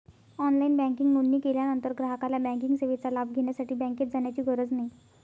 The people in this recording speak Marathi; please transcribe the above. ऑनलाइन बँकिंग नोंदणी केल्यानंतर ग्राहकाला बँकिंग सेवेचा लाभ घेण्यासाठी बँकेत जाण्याची गरज नाही